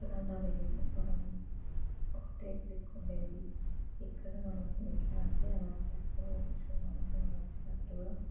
అప్పుడు అలా లేదు మనం ఒకటే క్లిక్ ఉండేది ఇక్కడ మనం ఎట్లా అంటే అలా చేసుకోవచ్చు మనకు నచ్చినట్టుగా